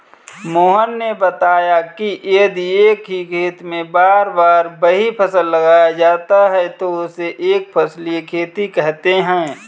मोहन ने बताया कि यदि एक ही खेत में बार बार वही फसल लगाया जाता है तो उसे एक फसलीय खेती कहते हैं